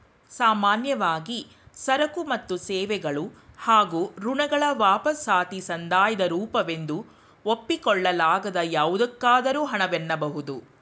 ಸಾಮಾನ್ಯವಾಗಿ ಸರಕು ಮತ್ತು ಸೇವೆಗಳು ಹಾಗೂ ಋಣಗಳ ವಾಪಸಾತಿ ಸಂದಾಯದ ರೂಪವೆಂದು ಒಪ್ಪಿಕೊಳ್ಳಲಾಗದ ಯಾವುದಕ್ಕಾದರೂ ಹಣ ವೆನ್ನಬಹುದು